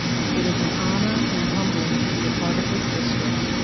it is an honor and humbling to be a part of this district.